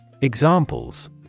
Examples